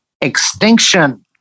extinction